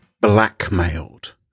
blackmailed